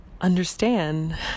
understand